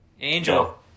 Angel